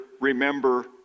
remember